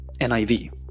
NIV